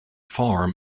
farm